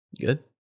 Good